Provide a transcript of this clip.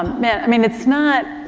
um, man. i mean, it's not,